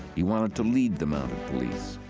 he wanted to lead the mounted police.